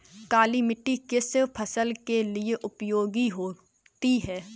काली मिट्टी किस फसल के लिए उपयोगी होती है?